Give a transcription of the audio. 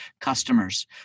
customers